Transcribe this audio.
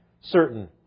certain